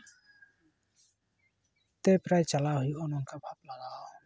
ᱛᱮ ᱯᱨᱟᱭ ᱪᱟᱞᱟᱜ ᱦᱩᱭᱩᱜᱼᱟ ᱱᱚᱝᱠᱟ ᱵᱷᱟᱵ ᱯᱟᱲᱟᱜᱼᱟ